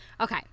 Okay